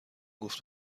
گفت